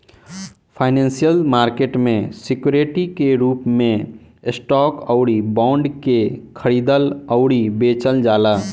financial market में security के रूप में स्टॉक अउरी बॉन्ड के खरीदल अउरी बेचल जाला